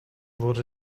wurde